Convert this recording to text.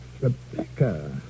Rebecca